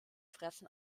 fressen